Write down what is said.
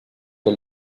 que